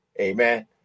Amen